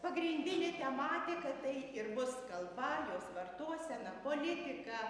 pagrindinė tematika tai ir bus kalba jos vartosena politika